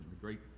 great